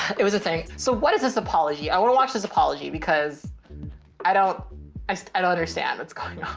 it was a thing. so what does this apology, i want to watch this apology because i don't, i so i don't understand what's going on.